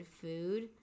food